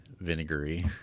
vinegary